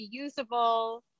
reusable